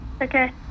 Okay